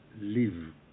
live